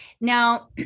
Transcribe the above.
Now